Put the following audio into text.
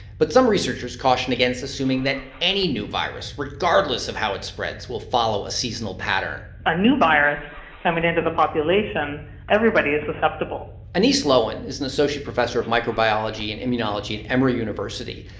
but some researchers caution against assuming that any new virus, regardless of how it spreads, will follow a seasonal pattern a new virus coming into the population everybody is susceptible anice lowen is an associate professor of microbiology and immunology at emory university.